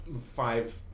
five